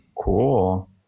Cool